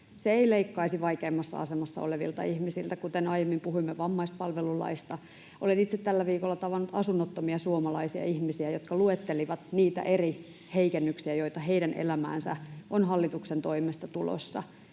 Se ei leikkaisi vaikeimmassa asemassa olevilta ihmisiltä, kuten aiemmin puhuimme vammaispalvelulaista, ja olen itse tällä viikolla tavannut asunnottomia suomalaisia ihmisiä, jotka luettelivat niitä eri heikennyksiä, joita heidän elämäänsä on hallituksen toimesta tulossa.